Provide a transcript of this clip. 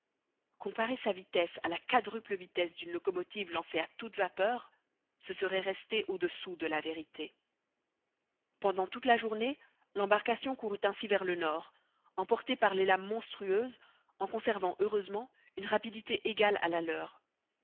comparer sa vitesse à la quadruple vitesse d'une locomotive lancée à toute vapeur ce serait rester au-dessous de la vérité pendant toute la journée l'embarcation courut ainsi vers le nord emportée par les lames monstrueuses en conservant heureusement une rapidité égale à la leur